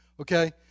Okay